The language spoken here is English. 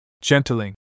Gentling